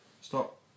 Stop